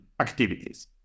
activities